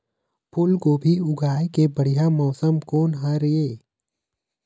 फूलगोभी उगाए के बढ़िया मौसम कोन हर ये?